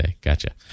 gotcha